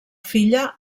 filla